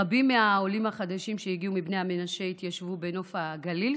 רבים מהעולים החדשים שהגיעו מבני המנשה התיישבו בנוף הגליל,